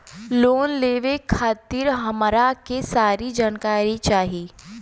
Loan लेवे खातीर हमरा के सारी जानकारी चाही?